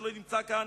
שלא נמצא כאן.